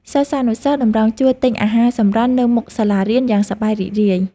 សិស្សានុសិស្សតម្រង់ជួរទិញអាហារសម្រន់នៅមុខសាលារៀន យ៉ាងសប្បាយរីករាយ។